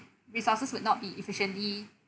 resources would not be efficiently